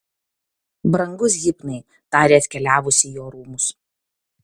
brangus hipnai tarė atkeliavusi į jo rūmus